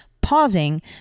pausing